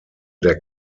der